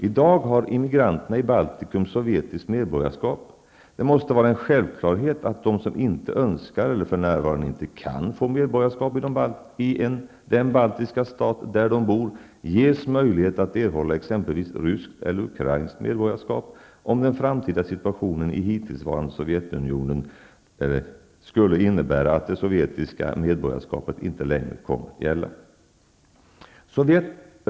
I dag har immigranterna i Baltikum sovjetiskt medborgarskap. Det måste vara en självklarhet att de som inte önskar eller för närvarande inte kan få medborgarskap i den baltiska stat där de bor ges möjlighet att erhålla exempelvis ryskt eller ukrainskt medborgarskap, om den framtida situationen i hittillsvarande Sovjetunionen skulle innebära att det sovjetiska medborgarskapet inte längre kommer att gälla.